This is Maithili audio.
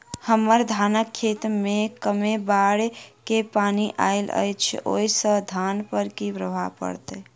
हम्मर धानक खेत मे कमे बाढ़ केँ पानि आइल अछि, ओय सँ धान पर की प्रभाव पड़तै?